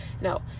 No